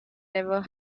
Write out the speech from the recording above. never